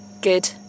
Good